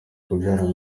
kubyara